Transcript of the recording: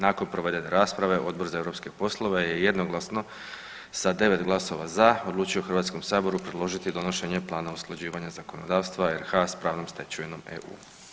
Nakon provedene rasprave Odbor za europske poslove je jednoglasno sa 9 glasova za odlučio Hrvatskom saboru predložiti donošenje Plana usklađivanja zakonodavstva RH sa pravnom stečevinom EU.